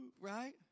Right